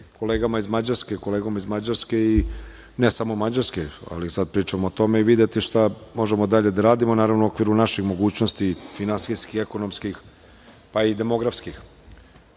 kolegama iz Mađarske... i ne samo Mađarske, ali sada pričamo o tome i videti šta možemo dalje da radimo, naravno, u okviru naših mogućnosti finansijskih, ekonomskih, pa i demografskih. Ako